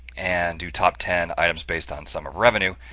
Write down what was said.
and do top ten items based on sum of revenue.